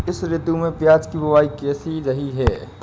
इस ऋतु में प्याज की बुआई कैसी रही है?